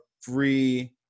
free